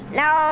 no